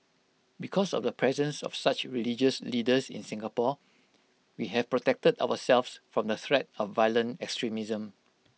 because of the presence of such religious leaders in Singapore we have protected ourselves from the threat of violent extremism